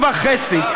זה קשור וחצי,